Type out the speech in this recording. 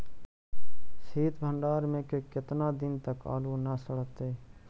सित भंडार में के केतना दिन तक आलू न सड़तै?